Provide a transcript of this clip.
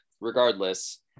regardless